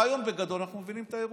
בגדול, אנחנו מבינים את האירוע.